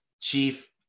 chief